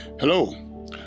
Hello